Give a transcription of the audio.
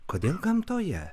kodėl gamtoje